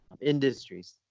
industries